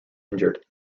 injured